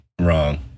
wrong